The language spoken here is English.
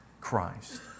Christ